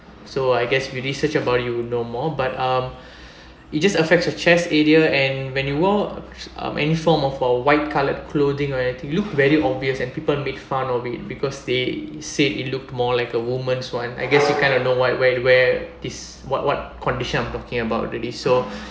so I guess with research about you know more but um it just affects your chest area and when you wore um any form of a white coloured clothing or anything it look very obvious and people make fun of it because they said it looked more like a woman's [one] I guess you kind of know what where where this what what condition I'm talking about really so